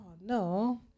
no